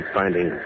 finding